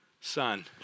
son